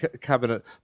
cabinet